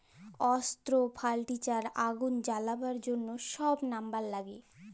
অস্ত্র, ফার্লিচার, আগুল জ্বালাবার জ্যনহ ছব লাম্বার ল্যাগে